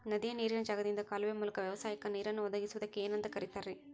ನದಿಯ ನೇರಿನ ಜಾಗದಿಂದ ಕಾಲುವೆಯ ಮೂಲಕ ವ್ಯವಸಾಯಕ್ಕ ನೇರನ್ನು ಒದಗಿಸುವುದಕ್ಕ ಏನಂತ ಕರಿತಾರೇ?